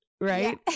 right